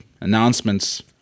Announcements